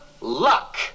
luck